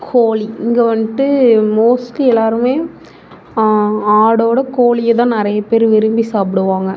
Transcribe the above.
கோழி இங்கே வந்துட்டு மோஸ்ட்லி எல்லோருமே ஆட்டோட கோழிய தான் நிறைய பேர் விரும்பி சாப்பிடுவாங்க